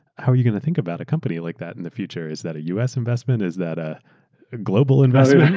how are you going to think about a company like that in the future? is that a us investment? is that a ah global investor